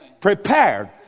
prepared